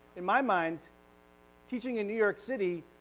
in my mind teaching in new york city,